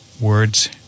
words